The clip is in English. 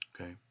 Okay